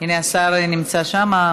הינה, השר נמצא שם.